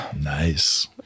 nice